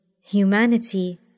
Humanity